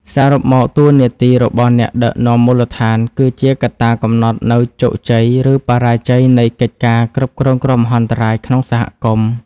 សរុបមក តួនាទីរបស់អ្នកដឹកនាំមូលដ្ឋានគឺជាកត្តាកំណត់នូវជោគជ័យ ឬបរាជ័យនៃកិច្ចការគ្រប់គ្រងគ្រោះមហន្តរាយក្នុងសហគមន៍។